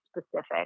specific